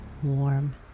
warm